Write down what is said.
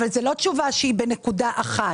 אבל זאת לא תשובה שהיא בנקודה אחת.